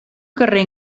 carrer